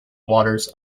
waters